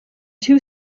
two